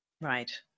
Right